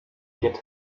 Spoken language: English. get